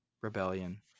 rebellion